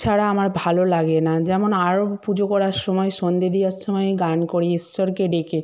ছাড়া আমার ভালো লাগে না যেমন আরন পুজো করার সময় সন্ধে দিয়ার সময় গান করি ঈশ্বরকে ডেকে